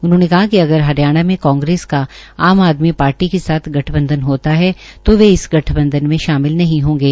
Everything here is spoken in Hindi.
उन्होंने कहा कि अगर हरियाणा में कांग्रेस का आम आदमी पार्टी के साथ गठबंधन होता है तो वे इस गठबंधन में शामिल नहीं होंगे